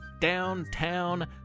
downtown